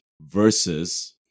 versus